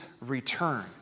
return